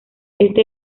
este